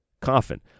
coffin